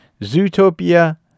zootopia